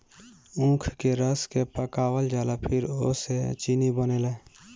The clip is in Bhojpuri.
ऊख के रस के पकावल जाला फिर ओसे चीनी बनेला